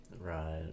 Right